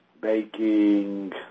baking